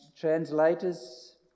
translators